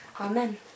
Amen